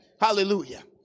hallelujah